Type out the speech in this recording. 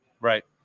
right